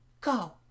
Go